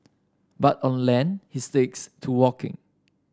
but on land he sticks to walking